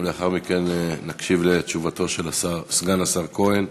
ולאחר מכן נקשיב לתשובתו של סגן השר כהן.